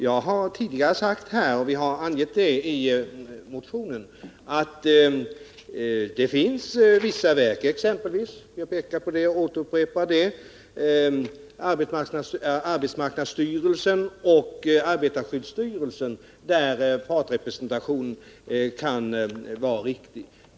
Jag har tidigare sagt, vilket vi angett i motionen, att det finns vissa verk, exempelvis arbetsmarknadsstyrelsen och arbetarskyddsstyrelsen, där partsrepresentation kan vara riktig.